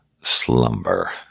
slumber